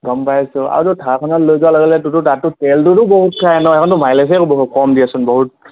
গম পাইছোঁ আৰু তোৰ থাৰখনত লৈ যোৱা লগে লগে তাৰতো তাতো তেলটোতো বহুত খাই ন সেইখনটো মাইলেজে কম দিয়েচোন বহুত